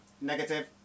Negative